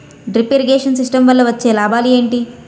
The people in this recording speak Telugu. డ్రిప్ ఇరిగేషన్ సిస్టమ్ వల్ల వచ్చే లాభాలు ఏంటి?